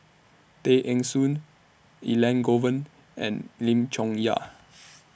Tay Eng Soon Elangovan and Lim Chong Yah